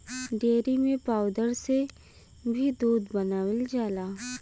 dairy में powder से भी दूध बनावल जाला